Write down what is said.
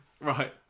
right